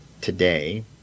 today